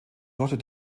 tochter